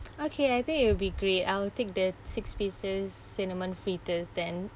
okay I think it will be great I'll take the six pieces cinnamon fritters then